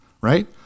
right